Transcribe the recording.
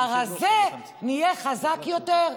והרזה נהיה חזק יותר.